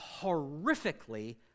horrifically